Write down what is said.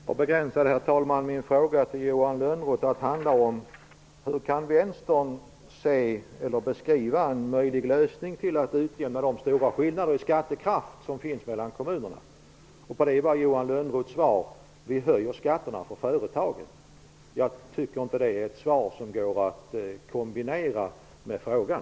Herr talman! Jag vill upprepa min fråga till Johan Lönnroth: Kan Vänstern beskriva en möjlig lösning när det gäller att utjämna de stora skillnaderna i skattekraft mellan kommunerna? På den frågan gav Johan Lönnroth svaret: Vi höjer skatterna för företagen. Jag tycker inte att det är ett svar som går att kombinera med frågan.